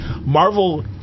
Marvel